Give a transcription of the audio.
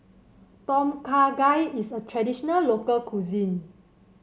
Tom Kha Gai is a traditional local cuisine